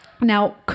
Now